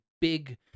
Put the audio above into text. big